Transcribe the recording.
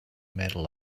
medal